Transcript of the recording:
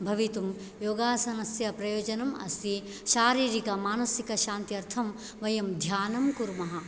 भवितुं योगासनस्य प्रयोजनम् अस्ति शारीरकमानसिकशान्त्यर्थं वयं ध्यानं कुर्मः